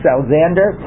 Alexander